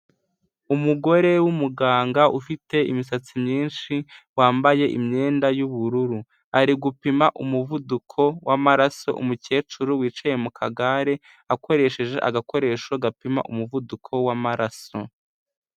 Umugore w'umuganga ufite imisatsi myinshi wambaye imyenda y'ubururu, ari gupima umuvuduko w'amaraso umukecuru wicaye mukagare akoresheje agakoresho gapima umuvuduko w'amaraso.